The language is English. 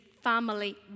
family